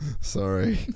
Sorry